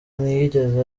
ntiyigeze